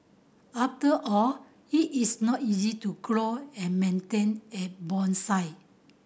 after all it is not easy to grow and maintain a bonsai